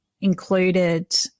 included